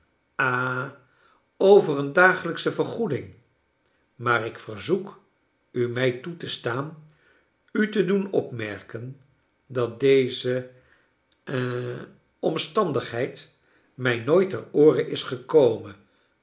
over een dagelijksche vergoeding maar ik verzoek u mij toe te staan u te doen opmerken dat deze ha omstandigheid mij nooit ter oore is gekomen